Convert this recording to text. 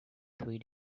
three